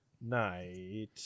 night